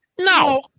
No